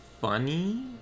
funny